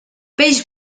peix